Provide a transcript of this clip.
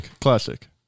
Classic